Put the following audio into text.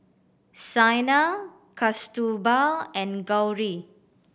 Saina Kasturba and Gauri